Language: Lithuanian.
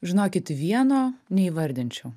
žinokit vieno neįvardinčiau